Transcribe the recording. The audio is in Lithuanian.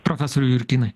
profesorių jurkinai